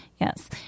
Yes